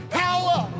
power